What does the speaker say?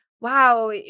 wow